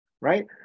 right